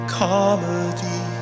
comedy